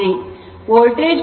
voltage ಪೂರೈಕೆ 70